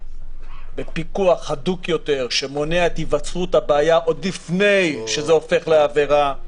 בפיקוח הדוק יותר שמונע את היווצרות הבעיה עוד לפני שזה הופך לעבירה.